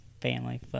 family